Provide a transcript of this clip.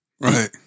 Right